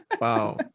wow